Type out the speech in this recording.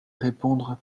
répondre